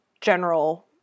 general